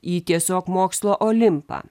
į tiesiog mokslo olimpą